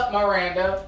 Miranda